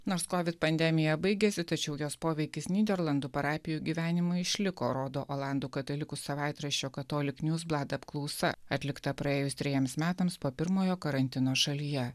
nors covid pandemiją baigėsi tačiau jos poveikis nyderlandų parapijų gyvenimui išliko rodo olandų katalikų savaitraščio katolik njus blad apklausa atlikta praėjus trejiems metams po pirmojo karantino šalyje